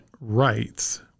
rights